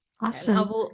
awesome